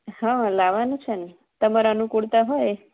હા લાવવાનું છે ને તમારે અનુકૂળતા હોય